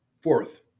Fourth